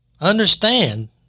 understand